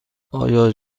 آیا